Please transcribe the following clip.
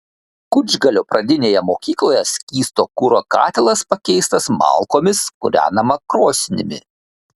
kučgalio pradinėje mokykloje skysto kuro katilas pakeistas malkomis kūrenama krosnimi